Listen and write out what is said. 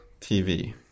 TV